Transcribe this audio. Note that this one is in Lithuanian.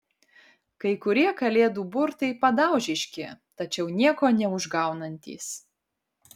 kai kurie kalėdų burtai padaužiški tačiau nieko neužgaunantys